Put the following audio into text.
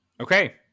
Okay